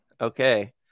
okay